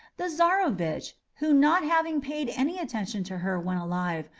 the czarovitch, who not having paid any attention to her when alive,